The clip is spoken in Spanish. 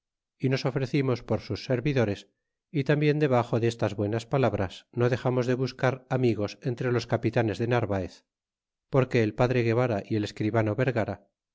y nos ofrecimos por sus servidores y tarnbien debaxo destas buenas palabras no dexamos de buscar amigos entre los capitanes de narvaez porque el padre guevara y el escribano vergara